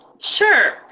Sure